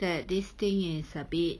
that this thing is a bit